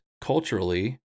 culturally